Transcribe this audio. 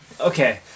Okay